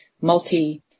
multi